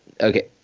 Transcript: Okay